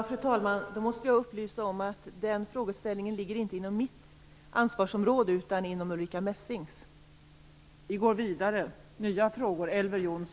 Fru talman! Då måste jag upplysa om att den frågeställningen inte ligger inom mitt ansvarsområde utan inom Ulrica Messings.